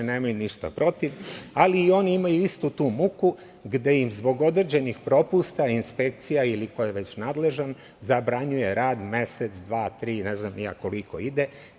Nemaju ništa protiv, ali i oni imaju istu tu muku gde im zbog određenih propusta inspekcija ili ko je već nadležan zabranjuje rad mesec, dva, tri, ne znam ni ja koliko ide.